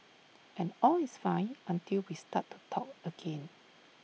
and all is fine until we start to talk again